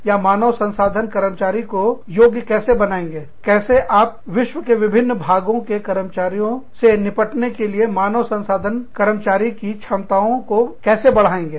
या मानव संसाधनकर्मचारी को योग्य कैसे बनाएंगे कैसे आप विश्व के विभिन्न भागो के कर्मचारियों से निपटने के लिए मानव संसाधन कर्मचारी की क्षमताओं को कैसे बढ़ाएंगे